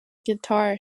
guitar